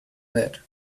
that